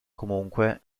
comunque